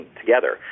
together